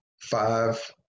Five